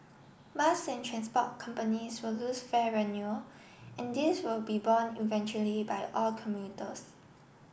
bus and transport companies will lose fare revenue and this will be borne eventually by all commuters